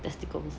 testicles